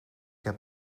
heb